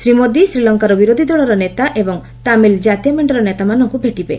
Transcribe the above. ଶ୍ରୀ ମୋଦି ଶ୍ରୀଲଙ୍କାର ବିରୋଧୀଦଳର ନେତା ଏବଂ ତାମିଲ୍ ଜାତୀୟ ମେଣ୍ଟର ନେତାମାନଙ୍କୁ ଭେଟିବେ